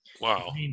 Wow